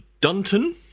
Dunton